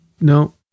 No